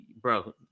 bro